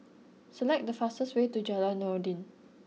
select the faster way to Jalan Noordin